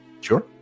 sure